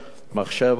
מחשב או אחר.